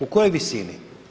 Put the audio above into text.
U kojoj visini?